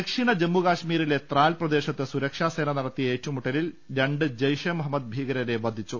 ദക്ഷിണ ജമ്മു കശ്മീരിലെ ത്രാൽ പ്രദേശത്ത് സുരക്ഷാ സേന കനത്ത ഏറ്റുമുട്ടലിൽ രണ്ട് ജയ്ഷെ മുഹമ്മദ് ഭീകരരെ വധിച്ചു